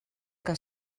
que